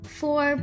four